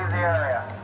area.